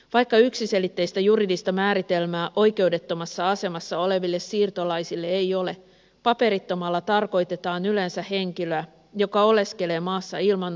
vaikka yksiselitteistä juridista määritelmää oikeudettomassa asemassa oleville siirtolaisille ei ole paperittomalla tarkoitetaan yleensä henkilöä joka oleskelee maassa ilman voimassa olevaa oleskelulupaa